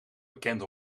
bekend